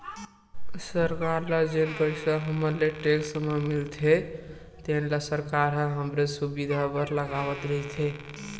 सरकार ल जेन पइसा हमर ले टेक्स म मिलथे तेन ल सरकार ह हमरे सुबिधा बर लगावत रइथे